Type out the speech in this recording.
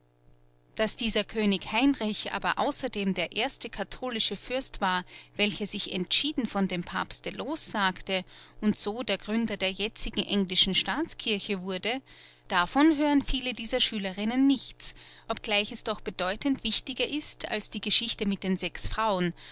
daß dieser könig heinrich aber außerdem der erste katholische fürst war welcher sich entschieden von dem papste lossagte und so der gründer der jetzigen englischen staatskirche wurde davon hören viele dieser schülerinnen nichts obgleich es doch bedeutend wichtiger ist als die geschichte mit den sechs frauen